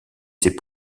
ses